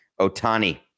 Otani